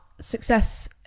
success